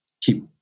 keep